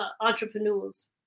entrepreneurs